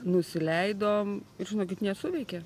nusileidom ir žinokit nesuveikė